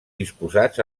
disposats